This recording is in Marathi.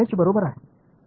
h बरोबर आहे